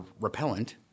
repellent